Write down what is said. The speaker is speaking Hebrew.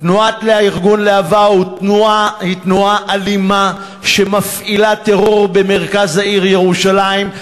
תנועת להב"ה היא תנועה אלימה שמפעילה טרור במרכז העיר ירושלים,